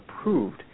approved